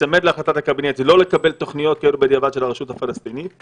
להיצמד להחלטת הקבינט ולא לקבל תוכניות כאלו בדיעבד של הרשות הפלסטינית.